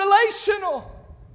relational